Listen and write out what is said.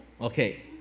Okay